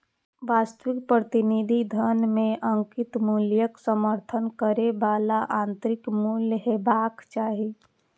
वास्तविक प्रतिनिधि धन मे अंकित मूल्यक समर्थन करै बला आंतरिक मूल्य हेबाक चाही